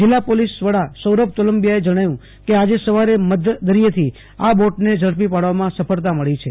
જિલ્લા પોલીસ વડા સૌરભ તોલંબિયાએ જણાવ્યું કે આજે સવારે મધદરીયેથી આ બોટને ઝડપી પાડવામાં સફળતા મળી છે